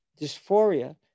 dysphoria